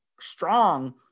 strong